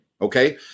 Okay